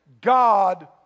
God